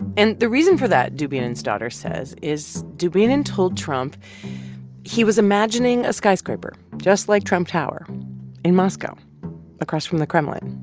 and the reason for that, dubinin's daughter says, is dubinin told trump he was imagining a skyscraper just like trump tower in moscow across from the kremlin.